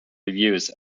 reviews